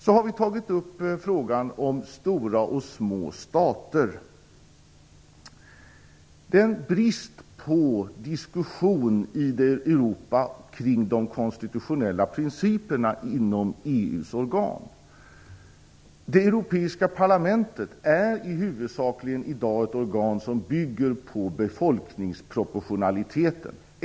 Sedan har vi tagit upp frågan om stora och små stater och bristen på diskussion i Europa kring de konstitutionella principerna inom EU:s organ. Det europeiska parlamentet är i dag i huvudsak ett organ som bygger på befolkningsproportionaliteten.